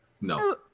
No